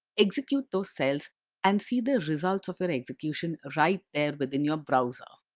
execute those cells and see the results of your execution right there within your browser.